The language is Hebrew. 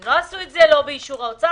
לא עשו את זה שלא באישור האוצר.